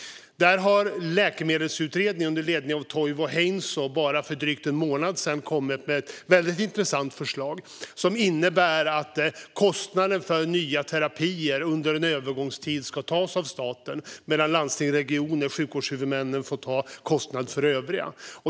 Där har Läkemedelsutredningen under ledning av Toivo Heinsoo bara för drygt en månad sedan kommit med ett väldigt intressant förslag. Det innebär att kostnaderna för nya terapier under en övergångstid ska tas av staten medan landsting, regioner och sjukvårdshuvudmännen får ta kostnaderna för övriga.